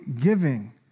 giving